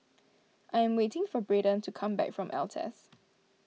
I am waiting for Brayden to come back from Altez